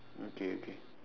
okay okay